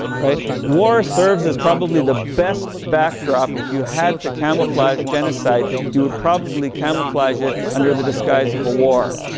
right. war serves as probably the best backdrop, if you had to camouflage genocide, you would probably camouflage it under the disguise of a war.